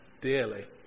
dearly